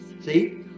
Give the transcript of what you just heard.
see